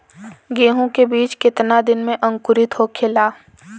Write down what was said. गेहूँ के बिज कितना दिन में अंकुरित होखेला?